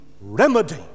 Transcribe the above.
remedy